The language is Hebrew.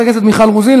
חברת הכנסת מיכל רוזין.